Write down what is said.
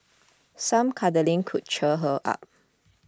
some cuddling could cheer her up